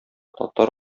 татар